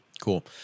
Cool